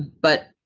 but,